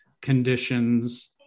conditions